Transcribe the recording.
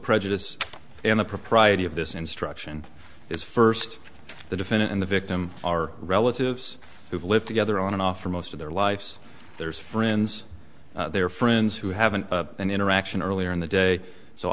prejudice and the propriety of this instruction is first the defendant and the victim are relatives who've lived together on and off for most of their lives there's friends their friends who have an interaction earlier in the day so